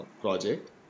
project